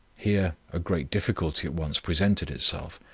here a great difficulty at once presented itself,